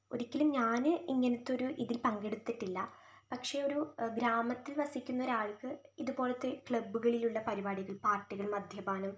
ഒരിക്കലും ഞാൻ ഇങ്ങനത്തെ ഒരു ഇതിൽ പങ്കെടുത്തിട്ടില്ല പക്ഷേ ഒരു ഗ്രാമത്തിൽ വസിക്കുന്ന ഒരാൾക്ക് ഇതുപോലത്തെ ക്ലബ്ബുകളിലുള്ള പരിപാടികൾ പാർട്ടികൾ മദ്യപാനം